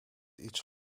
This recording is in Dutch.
iets